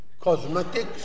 cosmetics